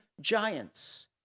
giants